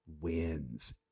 wins